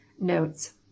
notes